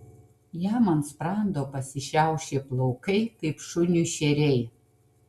jam ant sprando pasišiaušė plaukai kaip šuniui šeriai